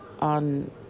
on